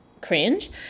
cringe